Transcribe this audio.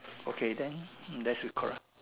okay then just record ah